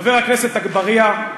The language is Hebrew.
חבר הכנסת אגבאריה,